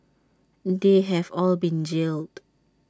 they have all been jailed